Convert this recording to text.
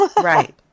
Right